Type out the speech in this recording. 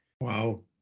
Wow